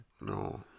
No